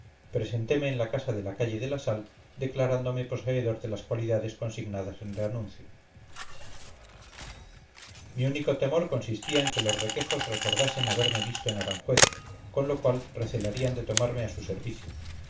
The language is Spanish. presenteme en la casa de la calle de la sal declarándome poseedor de las cualidades consignadas en el anuncio mi único temor consistía en que los requejos recordasen haberme visto en aranjuez con lo cual recelarían de tomarme a su servicio